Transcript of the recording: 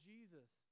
Jesus